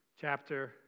chapter